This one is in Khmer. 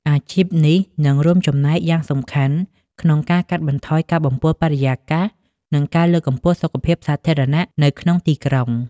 អាជីពនេះនឹងរួមចំណែកយ៉ាងសំខាន់ក្នុងការកាត់បន្ថយការបំពុលបរិយាកាស និងការលើកកម្ពស់សុខភាពសាធារណៈនៅក្នុងទីក្រុង។